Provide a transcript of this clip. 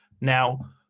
Now